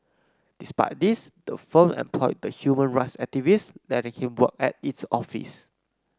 despite this the firm employed the human rights activist letting him work at its office